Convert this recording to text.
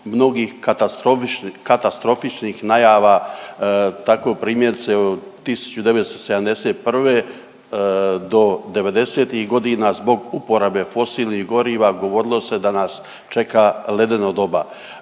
katastrofičnih najava tako primjerice 1971. do '90.-tih godina zbog uporabe fosilnih goriva govorilo se da nas čeka ledeno doba.